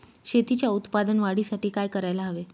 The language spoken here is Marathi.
शेतीच्या उत्पादन वाढीसाठी काय करायला हवे?